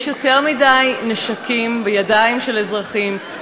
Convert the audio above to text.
יש יותר מדי נשקים בידיים של אזרחים.